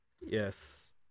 yes